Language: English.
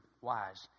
wise